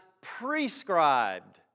prescribed